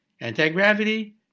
Anti-gravity